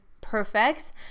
perfect